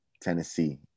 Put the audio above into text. Tennessee